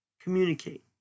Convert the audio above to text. Communicate